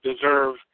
deserve